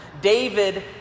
David